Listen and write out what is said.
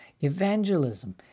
Evangelism